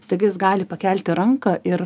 staiga jis gali pakelti ranką ir